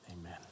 Amen